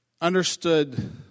understood